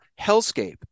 hellscape